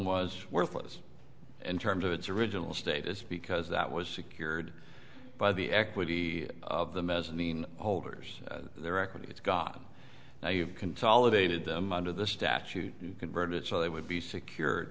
was worthless in terms of its original status because that was secured by the equity of the mezzanine holders their equity it's got now you've consolidated them under the statute you convert it so they would be secure